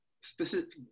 specific